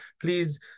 please